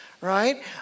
right